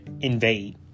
invade